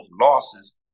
losses